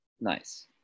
nice